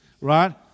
right